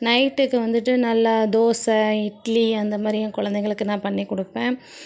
நைட்டுக்கு வந்துட்டு நல்லா தோசை இட்லி அந்தமாதிரி என் கொழந்தைங்களுக்கு நான் பண்ணி கொடுப்பேன்